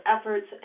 efforts